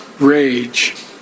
rage